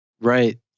Right